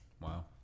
Wow